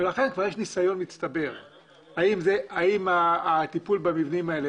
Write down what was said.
ולכן יש כבר ניסיון מצטבר האם הטיפול במבנים האלה